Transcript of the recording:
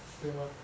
对吗